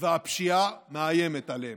והפשיעה מאיימת עליהם.